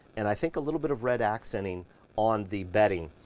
and i think a little bit of red accenting on the bedding,